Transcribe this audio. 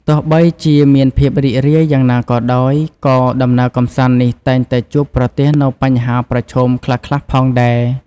ទោះបីជាមានភាពរីករាយយ៉ាងណាក៏ដោយ ក៏ដំណើរកម្សាន្តនេះតែងតែជួបប្រទះនូវបញ្ហាប្រឈមខ្លះៗផងដែរ។